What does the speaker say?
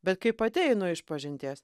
bet kai pati einu išpažinties